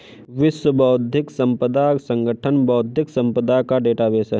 विश्व बौद्धिक संपदा संगठन बौद्धिक संपदा का डेटाबेस है